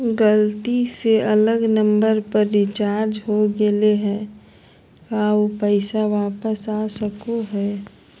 गलती से अलग नंबर पर रिचार्ज हो गेलै है का ऊ पैसा वापस आ सको है?